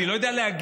אני לא יודע להגיד,